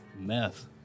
Meth